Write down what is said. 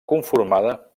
conformada